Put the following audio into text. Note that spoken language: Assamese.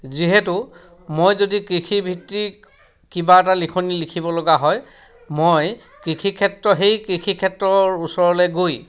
যিহেতু মই যদি কৃষিভিত্তিক কিবা এটা লিখনি লিখিব লগা হয় মই কৃষিক্ষেত্ৰ সেই কৃষিক্ষেত্ৰৰ ওচৰলৈ গৈ